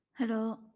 Hello